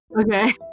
Okay